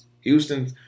Houston